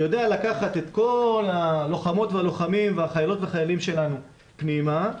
שיודע לקחת את כל הלוחמות והלוחמים והחיילות והחיילים שלנו פנימה,